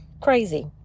crazy